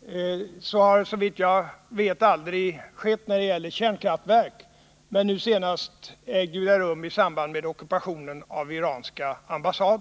Det har, såvitt jag vet, aldrig skett när det gäller kärnkraftverk, men nu senast sattes den in i samband med ockupationen av den iranska ambassaden.